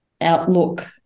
Outlook